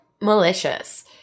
malicious